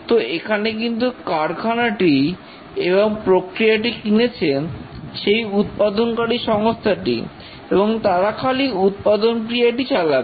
তো এখানে কিন্তু কারখানাটি এবং প্রক্রিয়াটি কিনেছে সেই উৎপাদনকারী সংস্থাটি এবং তারা খালি উৎপাদন ক্রিয়াটি চালাবে